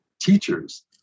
teachers